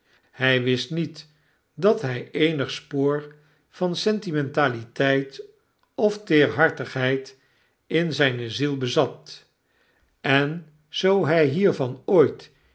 hy wist niet dat hy eenig spoor van sentimentaliteit of teerhartigheid in zyne ziel bezat en zoo hij hiervan ooit